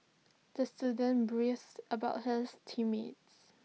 the student brace about hers team mates